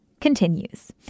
continues